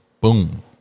boom